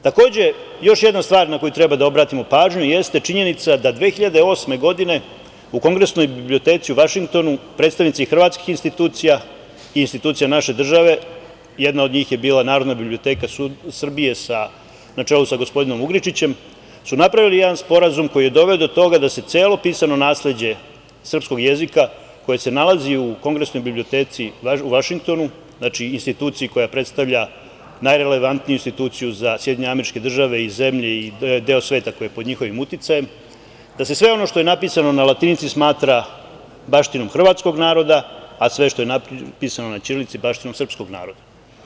Takođe, još jedna stvar na koju treba da obratimo pažnju jeste činjenica da 2008. godine u Kongresnoj biblioteci u Vašingtonu predstavnici hrvatskih institucija i institucija naše države, jedna od njih je bila Narodna biblioteka Srbije, na čelu sa gospodinom Ugričićem, napravili su jedan sporazum koji je doveo do toga da se celo pisano nasleđe srpskog jezika koje se nalazi u Kongresnoj biblioteci u Vašingtonu, znači, instituciji koja predstavlja najrelevantniju instituciju za SAD i zemlje i deo sveta koji je pod njihovim uticajem, da se sve ono što je napisano na latinici smatra baštinom hrvatskog naroda, a sve što je napisano na ćirilici baštinom srpskog naroda.